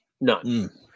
None